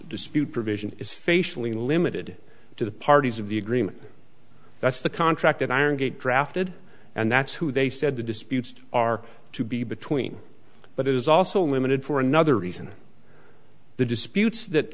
dispute provision is facially limited to the parties of the agreement that's the contract that iron gate drafted and that's who they said the disputes are to be between but is also limited for another reason the disputes that